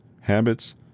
habits